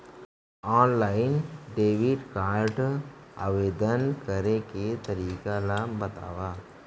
Online debit card आवेदन करे के तरीका ल बतावव?